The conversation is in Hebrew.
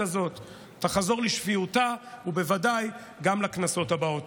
הזאת תחזור לשפיותה ובוודאי גם הכנסות הבאות.